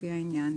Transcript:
לפי העניין,